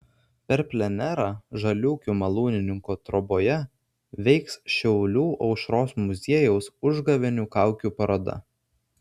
per plenerą žaliūkių malūnininko troboje veiks šiaulių aušros muziejaus užgavėnių kaukių paroda